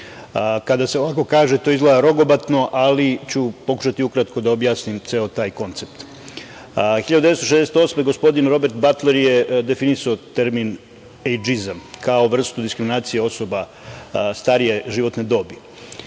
se ovako kaže, to izgleda rogobatno, ali ću pokušati ukratko da objasnim ceo taj koncept. Godine 1968. gospodine Robert Batler je definisao termin ejdžizam kao vrstu diskriminacije osoba starije životne dobi.